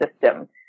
system